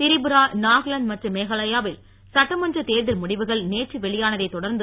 திரிபுரா நாகாலாந்து மற்றும் மேகாலயாவில் சட்டமன்றத் தேர்தல் முடிவுகள் நேற்று வெளியானதை தொடர்ந்து